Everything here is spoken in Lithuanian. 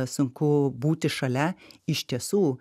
sunku būti šalia iš tiesų